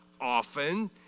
often